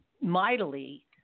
mightily